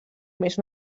més